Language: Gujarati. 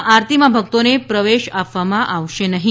જોકે આરતીમાં ભક્તોને પ્રવેશ આપવામાં આવશે નહીં